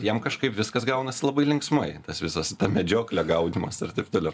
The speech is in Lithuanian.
jam kažkaip viskas gaunasi labai linksmai tas visas ta medžioklė gaudymas ir taip toliau